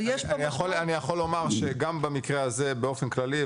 אבל יש פה משמעות --- אני יכול לומר שגם במקרה הזה באופן כללי,